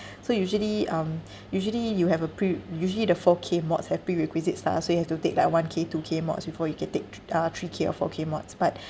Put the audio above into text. so usually um usually you have a pre usually the four K mods have prerequisites lah so you have to take like one K two K mods before you can take thr~ uh three K or four K mods but